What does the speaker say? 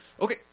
Okay